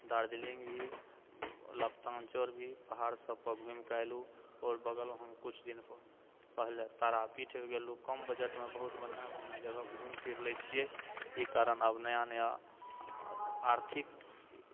दार्जलिङ्ग भी भी पहाड़ सबपर घुमिके अयलहु आओर बगलमे हम किछु दिन पहिले तारा पीठ भी गेल रहु कम बजटमे बहुत बढ़िआँ बढ़िआँ जगह घुमि फिर लै छियै ई कारण आब नया नया आर्थिक